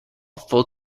full